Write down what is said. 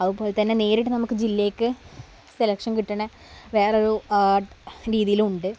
അതുപോലെ തന്നെ നേരിട്ട് നമുക്ക് ജില്ലക്ക് സെലക്ഷൻ കിട്ടണെ വേറൊരു രീതിയിലും ഉണ്ട്